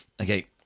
Okay